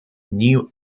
new